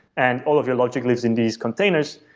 and all of your logic lives in these containers,